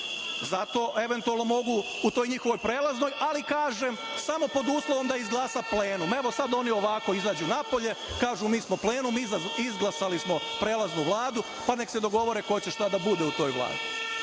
Zato eventualno mogu u toj njihovoj prelaznoj, ali kažem, samo pod uslovom da izglasa plenum. Evo, sad oni ovako izađu napolje, kažu mi smo plenum, izglasali smo prelaznu vladu, pa nek se dogovore ko će šta da bude u toj